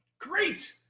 great